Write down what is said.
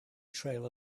trail